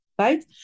right